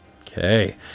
Okay